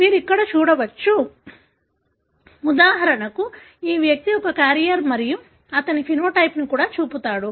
మీరు ఇక్కడ చూడవచ్చు ఉదాహరణకు ఈ వ్యక్తి ఒక క్యారియర్ మరియు అతను సమలక్షణాన్ని కూడా చూపుతాడు